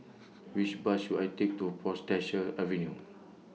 Which Bus should I Take to Portchester Avenue